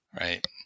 Right